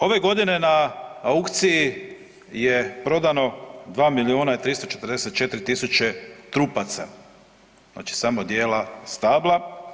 Ove godine na aukciji je prodano 2 milijuna i 344 tisuće trupaca, znači samo dijela stabla.